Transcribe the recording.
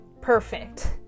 perfect